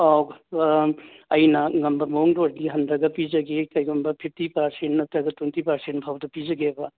ꯑꯧ ꯑꯥ ꯑꯩꯅ ꯉꯝꯕ ꯃꯑꯣꯡꯗ ꯑꯣꯏꯔꯗꯤ ꯍꯟꯊꯔꯒ ꯄꯤꯖꯒꯦ ꯀꯔꯤꯒꯨꯝꯕ ꯐꯤꯐꯇꯤ ꯄꯥꯔꯁꯦꯟ ꯅꯠꯇ꯭ꯔꯒ ꯇ꯭ꯋꯦꯟꯇꯤ ꯄꯥꯔꯁꯦꯟ ꯐꯥꯎꯗ ꯄꯤꯖꯒꯦꯕ